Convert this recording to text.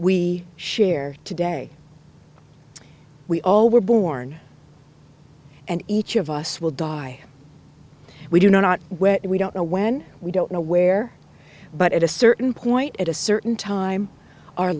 we share today we all were born and each of us will die we do not where we don't know when we don't know where but at a certain point at a certain time our